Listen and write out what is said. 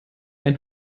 ein